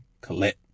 Collette